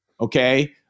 Okay